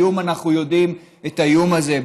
אנחנו יודעים על האיום הזה,